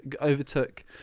overtook